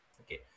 Okay